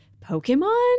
Pokemon